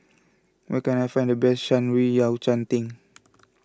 where can I find the best Shan Rui Yao Cai Tang